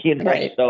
Right